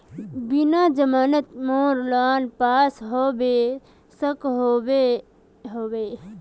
बिना जमानत मोर लोन पास होबे सकोहो होबे?